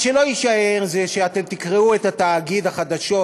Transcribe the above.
מה שלא יישאר זה שאתם תקרעו את החדשות,